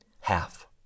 Half